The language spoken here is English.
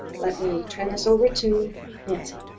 let me turn this over to nancy.